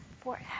forever